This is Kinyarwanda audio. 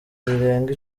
birenga